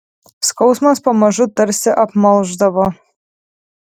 skausmas pamažu tarsi apmalšdavo